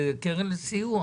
זה קרן לסיוע.